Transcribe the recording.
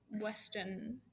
Western